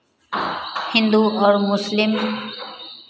हिन्दू और मुस्लिम